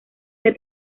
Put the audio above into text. que